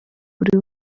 buri